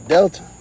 Delta